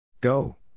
Go